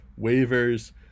waivers